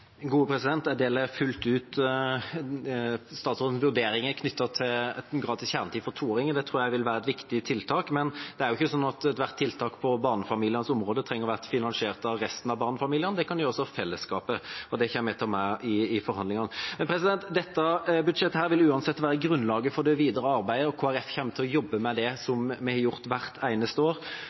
Jeg deler fullt ut statsrådens vurderinger knyttet til gratis kjernetid for toåringer. Det tror jeg vil være et viktig tiltak. Men det er jo ikke sånn at ethvert tiltak på barnefamilienes område trenger å bli finansiert av resten av barnefamiliene, det kan gjøres av fellesskapet, og det kommer jeg til å ta med i forhandlingene. Dette budsjettet vil uansett være grunnlaget for det videre arbeidet, og Kristelig Folkeparti kommer til å jobbe med det, som vi har gjort hvert eneste år,